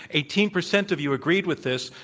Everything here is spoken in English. eighteen percent of you agreed with this.